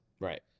Right